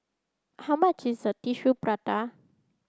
how much is tissue prata